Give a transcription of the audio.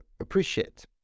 appreciate